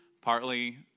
partly